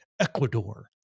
Ecuador